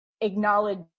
acknowledge